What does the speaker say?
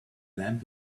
lamp